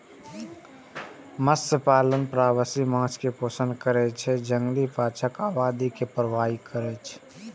मत्स्यपालन प्रवासी माछ कें पोषण कैर कें जंगली माछक आबादी के प्रभावित करै छै